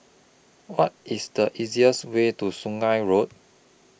What IS The easiest Way to Sungei Road